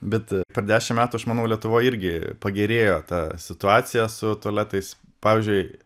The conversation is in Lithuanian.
bet per dešimt metų aš manau lietuvoj irgi pagerėjo ta situacija su tualetais pavyzdžiui